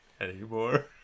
anymore